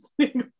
single